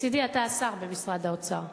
מצדי אתה השר במשרד האוצר.